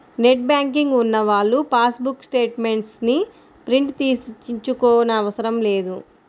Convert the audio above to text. net banking ఉన్నవాళ్ళు passbook statements ని print తీయించుకోనవసరం లేదు